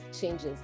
changes